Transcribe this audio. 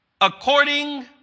according